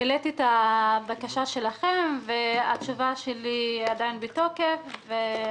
העליתי את הבקשה שלכם, והתשובה שלי עדיין בתוקף.